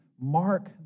mark